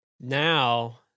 now